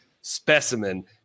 specimen